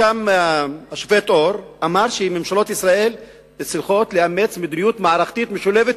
השופט אור אמר שממשלות ישראל צריכות לאמץ מדיניות מערכתית משולבת,